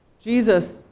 Jesus